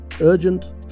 urgent